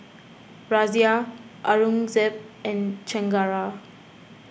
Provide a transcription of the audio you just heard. Razia Aurangzeb and Chengara